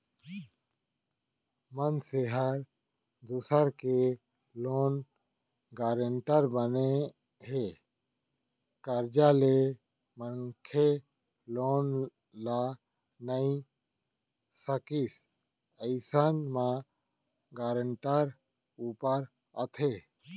मनसे ह दूसर के लोन गारेंटर बने हे, करजा ले मनखे लोन ल नइ सकिस अइसन म गारेंटर ऊपर आथे